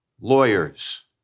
Lawyers